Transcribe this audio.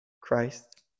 Christ